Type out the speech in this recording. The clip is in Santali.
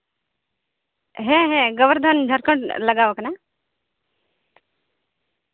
ᱦᱮᱸ ᱦᱮᱸ ᱜᱚᱵᱚᱨᱫᱷᱚᱱ ᱡᱷᱟᱲᱠᱷᱚᱸᱰ ᱞᱟᱜᱟᱣᱟᱠᱟᱱᱟ